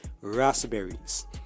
raspberries